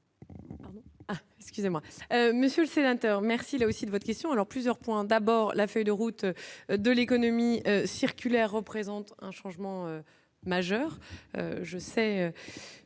monsieur le sénateur merci là aussi de votre question alors plusieurs points : d'abord la feuille de route de l'économie circulaire représente un changement majeur